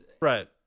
right